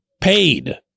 paid